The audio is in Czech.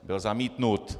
Byl zamítnut.